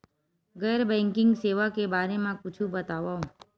गैर बैंकिंग सेवा के बारे म कुछु बतावव?